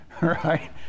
right